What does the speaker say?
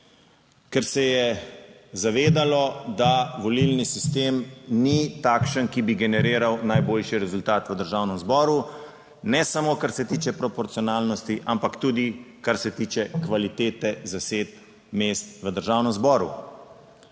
ker se je zavedalo, da volilni sistem ni takšen, ki bi generiral najboljši rezultat v Državnem zboru, ne samo, kar se tiče proporcionalnosti, ampak tudi kar se tiče kvalitete zasedb mest v Državnem zboru.